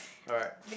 alright